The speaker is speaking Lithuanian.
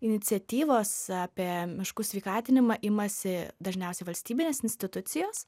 iniciatyvos apie miškų sveikatinimą imasi dažniausiai valstybinės institucijos